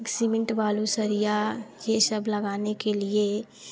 cement बालू सरिया यह सब लगाने के लिए